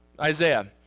Isaiah